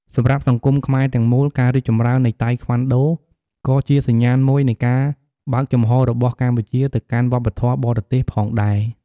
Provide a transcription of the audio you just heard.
សម្រាប់សង្គមខ្មែរទាំងមូល ការរីកចម្រើននៃតៃក្វាន់ដូក៏ជាសញ្ញាណមួយនៃការបើកចំហររបស់កម្ពុជាទៅកាន់វប្បធម៌បរទេសផងដែរ។